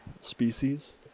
species